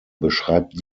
beschreibt